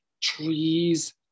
trees